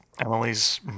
Emily's